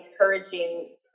encouraging